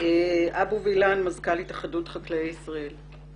אבשלום וילן, מזכ"ל התאחדות חקלאי ישראל.